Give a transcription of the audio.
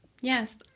Yes